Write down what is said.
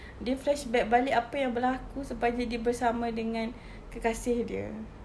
dia flashback balik apa yang berlaku sepanjang dia bersama dengan kekasih dia